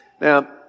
Now